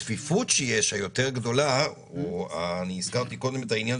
היו באיכות יותר נמוכה מבחינת הצפיפות ומבחינת